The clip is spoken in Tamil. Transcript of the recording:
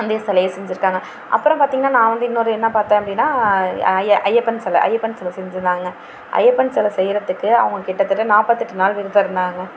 அந்த சிலைய செஞ்சுருக்காங்க அப்புறம் பார்த்திங்கன்னா நான் வந்து இன்னொரு என்ன பார்த்தேன் அப்படின்னா ஐயப்பன் சிலை ஐயப்பன் சிலை செஞ்சுருந்தாங்கங்க ஐயப்பன் சிலை செய்கிறதுக்கு அவங்க கிட்டத்தட்ட நாற்பத்தெட்டு நாள் விரதம் இருந்தாங்க